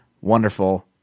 Wonderful